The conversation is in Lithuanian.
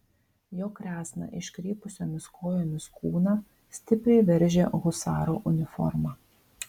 jo kresną iškrypusiomis kojomis kūną stipriai veržia husaro uniforma